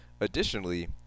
additionally